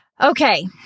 okay